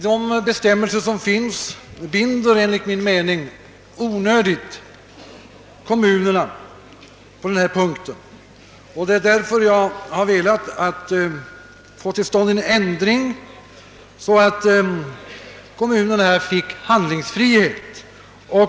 De bestämmelser som finns binder kommunerna onödigt, och jag har därför velat få till stånd en ändring som ger kommun handlingsfrihet.